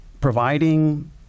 providing